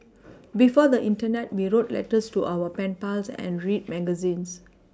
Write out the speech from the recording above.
before the Internet we wrote letters to our pen pals and read magazines